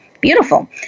beautiful